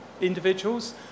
individuals